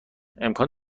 امکان